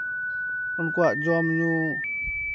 ᱩᱱᱠᱩᱣᱟᱜ ᱡᱚᱢ ᱧᱩ